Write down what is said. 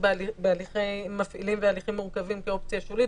בהליכי מפעילים והליכים מורכבים כאופציה כשולית.